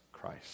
Christ